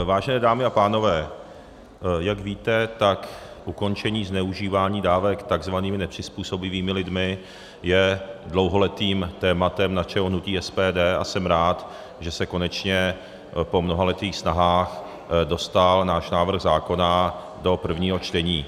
Vážené dámy a pánové, jak víte, tak ukončení zneužívání dávek tzv. nepřizpůsobivými lidmi je dlouholetým tématem našeho hnutí SPD a jsem rád, že se konečně po mnohaletých snahách dostal náš návrh zákona do prvního čtení.